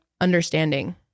understanding